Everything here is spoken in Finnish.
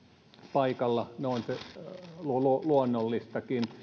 paikalla no on se luonnollistakin